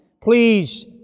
please